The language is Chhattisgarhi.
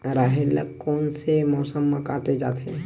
राहेर ल कोन से मौसम म काटे जाथे?